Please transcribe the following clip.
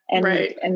Right